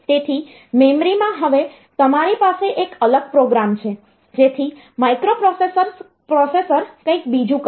તેથી મેમરીમાં હવે તમારી પાસે એક અલગ પ્રોગ્રામ છે જેથી માઇક્રોપ્રોસેસર કંઈક બીજું કરશે